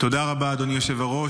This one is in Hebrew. תודה רבה, אדוני היושב-ראש.